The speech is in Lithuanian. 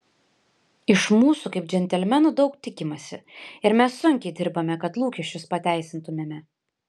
iš mūsų kaip džentelmenų daug tikimasi ir mes sunkiai dirbame kad lūkesčius pateisintumėme